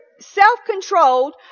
Self-controlled